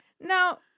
now